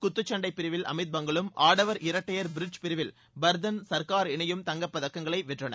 குத்துச்சண்டை பிரிவில் அமித்பங்கலும் ஆடவர் இரட்டையர் ப்ரிட்ஜ் பிரிவில் பர்தன் சர்கர் இணையும் தங்கப்பதக்கங்களை வென்றனர்